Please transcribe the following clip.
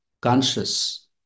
conscious